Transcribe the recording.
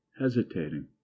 hesitating